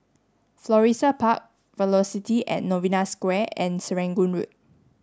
Florissa Park Velocity at Novena Square and Serangoon Road